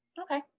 Okay